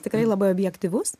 tikrai labai objektyvus